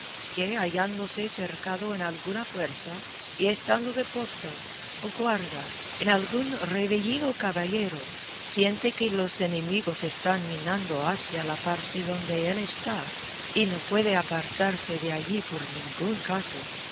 que hallándose cercado en alguna fuerza y estando de posta o guarda en algún revellín o caballero siente que los enemigos están minando hacia la parte donde él está y no puede apartarse de allí por ningún caso